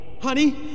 Honey